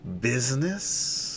Business